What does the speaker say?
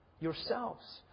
yourselves